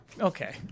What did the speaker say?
Okay